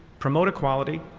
promote equality,